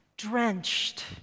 drenched